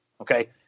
okay